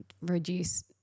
reduce